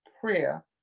prayer